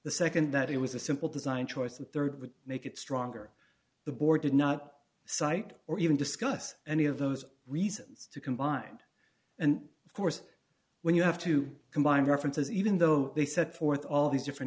the nd that it was a simple design choice of rd would make it stronger the board did not cite or even discuss any of those reasons to combine and of course when you have to combine references even though they set forth all these different